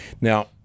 Now